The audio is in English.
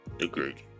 Agreed